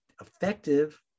effective